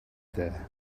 there